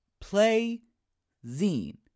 Play-Zine